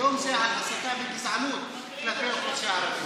היום זה על הסתה וגזענות כלפי האוכלוסייה הערבית.